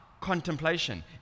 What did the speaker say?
contemplation